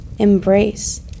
Embrace